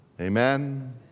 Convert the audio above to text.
Amen